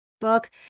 book